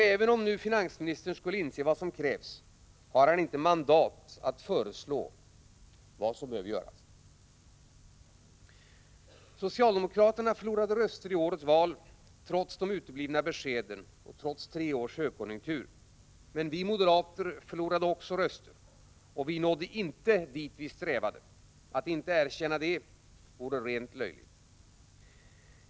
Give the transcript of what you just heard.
Även om nu finansministern skulle inse vad som krävs, har han inte mandat att föreslå vad som behöver göras. Socialdemokraterna förlorade röster i årets val, trots de uteblivna beskeden och trots tre års högkonjunktur. Men vi moderater förlorade också röster, och vi nådde inte dit vi strävade. Attinte erkänna det vore rent löjligt.